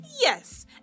yes